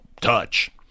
touch